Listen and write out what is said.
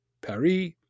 paris